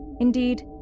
Indeed